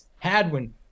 Hadwin